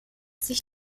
sich